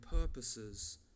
purposes